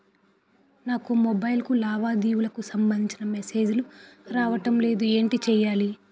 నాకు మొబైల్ కు లావాదేవీలకు సంబందించిన మేసేజిలు రావడం లేదు ఏంటి చేయాలి?